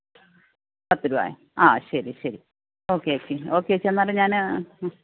പത്ത് രൂപ ആ ശരി ശരി ഓക്കെ ഏച്ചി ഓക്കെ ഏച്ചി എന്നാൽ ഞാൻ